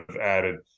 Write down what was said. added